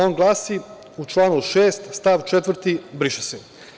On glasi – u članu 6. stav 4. briše se.